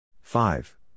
Five